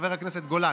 חבר הכנסת גולן,